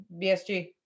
BSG